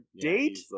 date